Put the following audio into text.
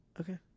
Okay